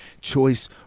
choice